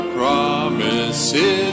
promises